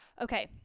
Okay